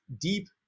deep